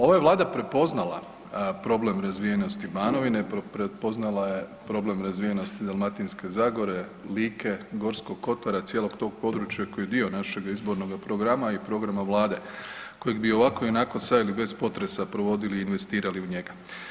Ova je Vlada prepoznala problem razvijenosti Banovine, prepoznala je problem razvijenosti Dalmatinske zagore, Like, Gorskog kotara, cijelog tog područja koji je dio našega izbornoga programa i programa Vlade kojeg bi i ovako i onako sa ili bez potresa provodili i investirali u njega.